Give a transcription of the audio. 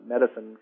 medicine